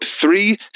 three